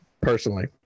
personally